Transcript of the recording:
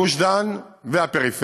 גוש דן והפריפריה,